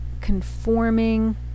conforming